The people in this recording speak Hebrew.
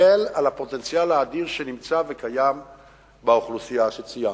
על הפוטנציאל האדיר שנמצא וקיים באוכלוסייה שציינתי.